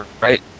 Right